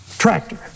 Tractor